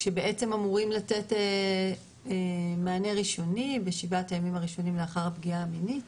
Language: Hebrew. כשבעצם אמורים לתת מענה ראשוני בשבעת הימים הראשונים לאחר הפגיעה המינית